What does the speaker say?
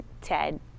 Ted